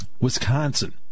Wisconsin